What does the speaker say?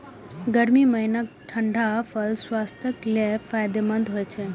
गर्मी महीनाक ठंढा फल स्वास्थ्यक लेल फायदेमंद होइ छै